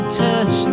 touch